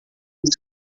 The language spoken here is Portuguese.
esse